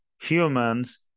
humans